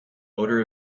odor